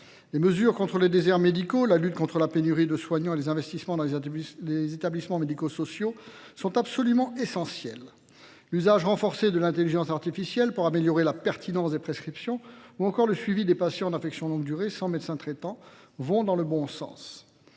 Les mesures contre les déserts médicaux, la lutte contre la pénurie de soignants et les investissements dans les établissements médicaux sociaux sont absolument essentiels. Usages renforcés de l'intelligence artificielle pour améliorer la pertinence des prescriptions ou encore le suivi des patients d'infection longue durée sans médecin traitant vont dans le bon sens.